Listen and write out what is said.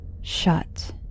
shut